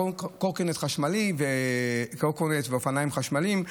מקורקינט חשמלי ואופניים חשמליים,